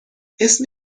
اسم